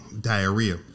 diarrhea